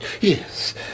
Yes